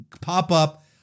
pop-up